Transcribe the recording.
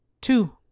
two